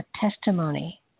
testimony